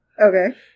Okay